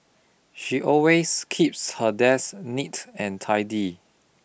she always keeps her desk neat and tidy